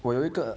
我有一个